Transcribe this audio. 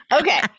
Okay